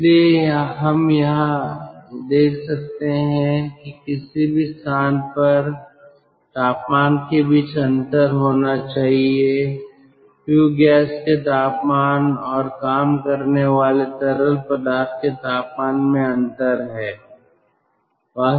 इसलिए यहां हम यह देख सकते हैं कि किसी भी स्थान पर तापमान के बीच अंतर होना चाहिए फ्ल्यू गैस के तापमान और काम करने वाले तरल पदार्थ के तापमान में अंतर है